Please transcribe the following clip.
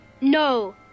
no